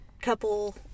couple